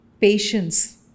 patience